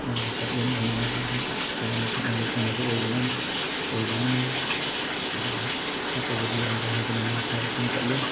ꯆꯥꯛꯂꯦꯟ ꯑꯣꯏꯅꯅꯕ ꯁꯨꯝ ꯆꯥꯅ ꯊꯛꯅꯕ ꯄꯨꯅꯕ ꯑꯣꯏꯕꯅ ꯑꯣꯏꯕꯅꯤꯅ ꯑꯗꯣ ꯆꯠꯇꯕꯗꯤ ꯌꯥꯗꯦ ꯍꯥꯏꯗꯅ ꯉꯥ ꯐꯥꯕ ꯁꯨꯝ ꯆꯠꯂꯤ